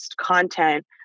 content